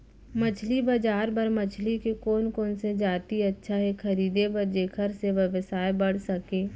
मछली बजार बर मछली के कोन कोन से जाति अच्छा हे खरीदे बर जेकर से व्यवसाय बढ़ सके?